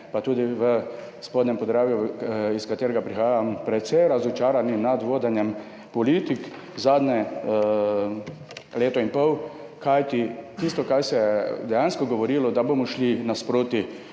pa tudi v Spodnjem Podravju, iz katerega prihajam, precej razočarani nad vodenjem politik zadnje leto in pol, kajti tisto, kar se je dejansko govorilo, da bomo šli nasproti